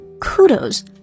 Kudos